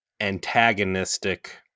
Antagonistic